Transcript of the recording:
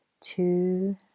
Two